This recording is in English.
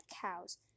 cows